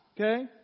okay